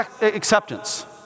acceptance